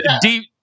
deep